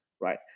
right